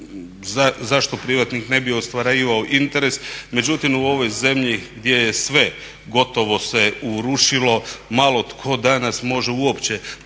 Zašto privatnik ne bi ostvarivao interes. Međutim, u ovoj zemlji gdje je sve gotovo se urušilo, malo tko danas može uopće